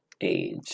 Age